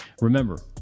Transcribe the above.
Remember